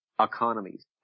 economies